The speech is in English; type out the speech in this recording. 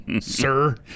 sir